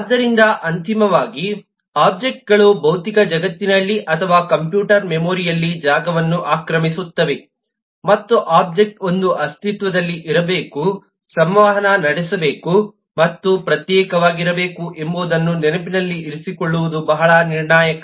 ಆದ್ದರಿಂದ ಅಂತಿಮವಾಗಿ ಒಬ್ಜೆಕ್ಟ್ಗಳು ಭೌತಿಕ ಜಗತ್ತಿನಲ್ಲಿ ಅಥವಾ ಕಂಪ್ಯೂಟರ್ ಮೆಮೊರಿಯಲ್ಲಿ ಜಾಗವನ್ನು ಆಕ್ರಮಿಸುತ್ತವೆ ಮತ್ತು ಒಬ್ಜೆಕ್ಟ್ವೊಂದು ಅಸ್ತಿತ್ವದಲ್ಲಿರಬೇಕು ಸಂವಹನ ನಡೆಸಬೇಕು ಮತ್ತು ಪ್ರತ್ಯೇಕವಾಗಿರಬೇಕು ಎಂಬುದನ್ನು ನೆನಪಿನಲ್ಲಿರಿಸಿಕೊಳ್ಳುವುದು ಬಹಳ ನಿರ್ಣಾಯಕ